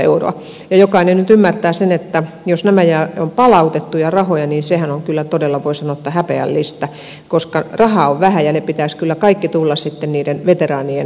ja jokainen nyt ymmärtää sen että jos nämä ovat palautettuja rahoja niin sehän on kyllä todella voi sanoa häpeällistä koska rahaa on vähän ja ne pitäisi kyllä kaikki käyttää sitten niiden veteraanien hyväksi